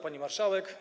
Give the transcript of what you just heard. Pani Marszałek!